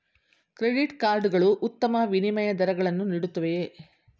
Credit card ಗಳು ಉತ್ತಮ ವಿನಿಮಯ ದರಗಳನ್ನು ನೀಡುತ್ತವೆಯೇ?